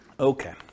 okay